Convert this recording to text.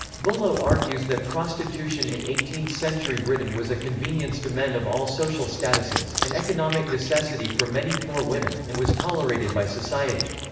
bullough argues that prostitution in eighteenth century britain was a convenience to men of all social statuses, and economic necessity for many poor women, and was tolerated by society.